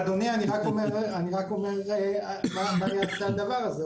אדוני, אני רק אומר מה יעשה הדבר הזה.